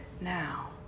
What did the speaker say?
now